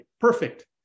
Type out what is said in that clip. Perfect